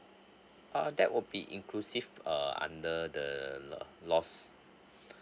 uh that will be inclusive uh under the the lost